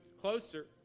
closer